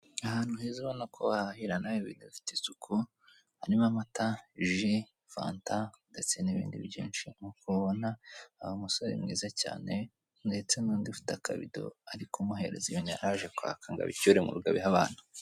Ahantu heza ubona ko wahahira nawe ibintu bifite isuku harimo amata, jus, fanta ndetse nibindi byinshi nkuko ubibona hari umusore mwiza cyane ndetse nundi ufite akabido ari kumuhereza ibintu yaraje kwaka ngo abicyure mu rugo abihe abana.